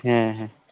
ᱦᱮᱸ ᱦᱮᱸ